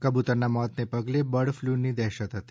કબૂતરના મોતને પગલે બર્ડ ફ્લૂની દહેશત હતી